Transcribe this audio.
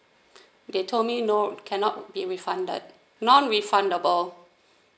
they told me no cannot be refunded non refundable